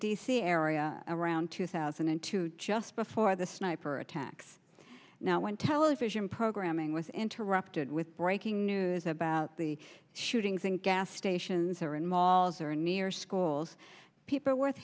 c area around two thousand and two just before the sniper attacks now when television programming was interrupted with breaking news about the shootings in gas stations or in malls or near schools people with